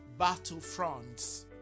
battlefronts